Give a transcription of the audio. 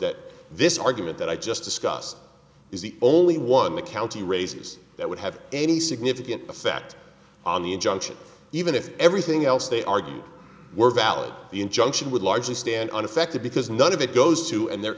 that this argument that i just discussed is the only one the county races that would have any significant effect on the injunction even if everything else they argued were valid the injunction would largely stand unaffected because none of it goes to and there